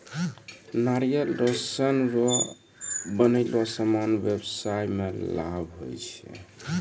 नारियल रो सन रो बनलो समान व्याबसाय मे लाभ हुवै छै